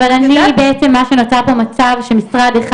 בעצם נוצר כאן מצב שמשרד אחד,